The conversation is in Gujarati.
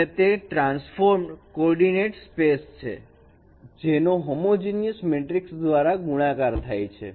અને તે ટ્રાન્સફોર્મડ કોર્ડીનેટ સ્પેસ છે જેનો હોમોજીનીયસ મેટ્રિકસ દ્વારા ગુણાકાર થાય છે